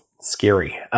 scary